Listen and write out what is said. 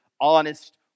honest